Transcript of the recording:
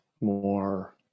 more